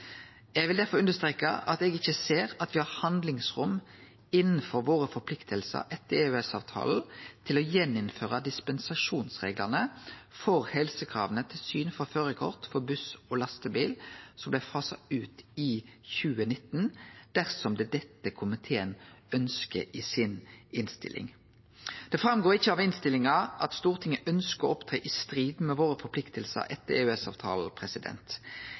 Eg vil derfor understreke at eg ikkje ser at vi har handlingsrom, innanfor dei forpliktingane vi har etter EØS-avtalen, til igjen å innføre dispensasjonsreglane for helsekrava til syn for førarkort for buss og lastebil, som blei fasa ut i 2019, dersom det er dette komiteen ønskjer i innstillinga si. Det går ikkje fram av innstillinga at Stortinget ønskjer å opptre i strid med forpliktingane våre etter